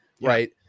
right